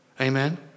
Amen